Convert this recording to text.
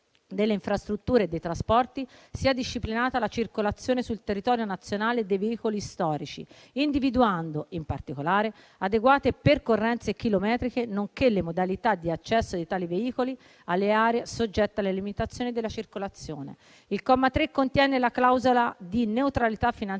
Il comma 3 contiene la clausola di neutralità finanziaria